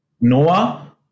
Noah